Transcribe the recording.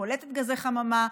פולטת גזי חממה,